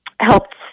helped